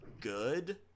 good